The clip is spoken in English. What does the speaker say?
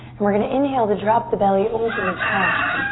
and we're going to inhale to drop the belly, open the chest.